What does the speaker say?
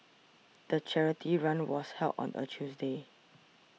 the charity run was held on a Tuesday